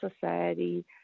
society